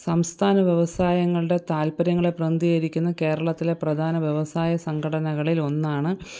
സംസ്ഥാന വ്യവസായങ്ങളുടെ താൽപ്പര്യങ്ങളെ പ്രതിനിധീകരിക്കുന്ന കേരളത്തിലെ പ്രധാന വ്യവസായസംഘടനകളിലൊന്നാണ്